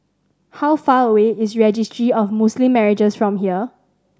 how far away is Registry of Muslim Marriages from here